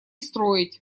строить